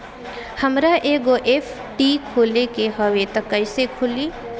हमरा एगो एफ.डी खोले के हवे त कैसे खुली?